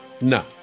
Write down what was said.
No